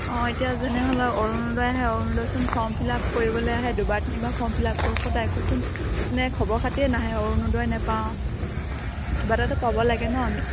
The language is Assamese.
অঁ এতিয়া যেনেহ'লে অৰুণোদয় আহে অৰুণোদয়চোন ফৰ্ম ফিল আপ কৰিবলৈ আহে দুবাৰ তিনিবাৰ ফৰ্ম ফিল আপ কৰো ক'ত আ একোচোন মানে খবৰ খাতিয়ে নাহে অৰুণোদয় নাপাওঁ কিবা এটাটো পাব লাগে ন আমি